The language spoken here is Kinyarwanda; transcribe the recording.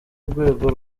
rwego